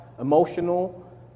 emotional